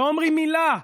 לא אומרים מילה?